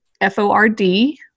F-O-R-D